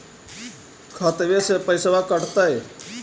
खतबे से पैसबा कटतय?